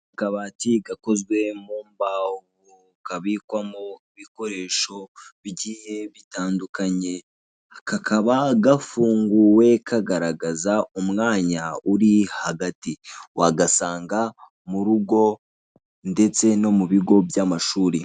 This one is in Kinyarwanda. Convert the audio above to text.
Akabati gakozwe mu mbaho kabikwamo ibikoresho bigiye bitandukanye, kakaba gafunguwe kagaragaza umwanya uri hagati. Wagasanga murugo ndetse no mu bigo by'amashuri.